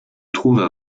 trouvent